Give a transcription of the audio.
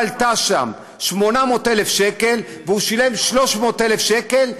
עלתה שם 800,000 שקל והוא שילם 300,000 שקל,